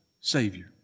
Savior